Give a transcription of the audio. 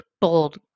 bold